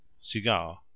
Cigar